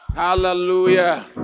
Hallelujah